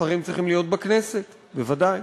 שרים צריכים להיות בכנסת, בוודאי.